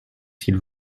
s’il